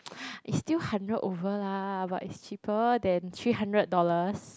it's still hundred over lah but it's cheaper than three hundred dollars